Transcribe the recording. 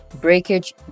Breakage